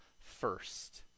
first